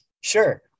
sure